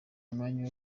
umwanya